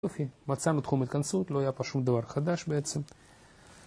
יופי, מצאנו תחום התכנסות, לא היה פה שום דבר חדש בעצם